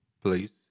please